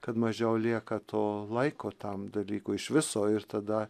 kad mažiau lieka to laiko tam dalykui iš viso ir tada